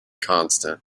constant